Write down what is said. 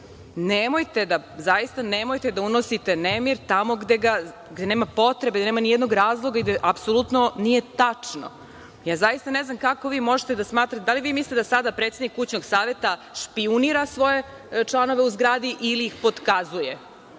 Nemojte, zaista nemojte da unosite nemir tamo gde nema potrebe, gde nema ni jednog razloga, gde apsolutno nije tačno. Ja zaista ne znam kako vi možete da smatrate, da li vi mislite da sada predsednik kućnog saveta špijunira svoje članove u zgradi ili ih potkazuje?